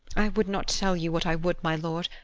i would not tell you what i would, my lord.